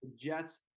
Jets